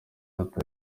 ati